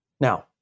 Now